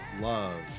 love